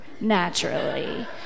naturally